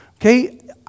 Okay